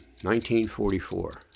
1944